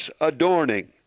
adorning